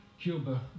Cuba